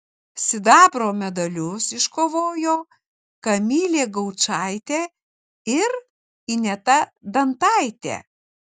sidabro medalius iškovojo kamilė gaučaitė ir ineta dantaitė